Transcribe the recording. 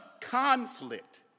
conflict